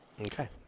Okay